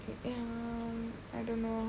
ya I don't know